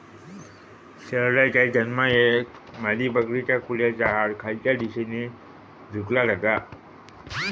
शेरडाच्या जन्मायेळेक मादीबकरीच्या कुल्याचा हाड खालच्या दिशेन झुकला जाता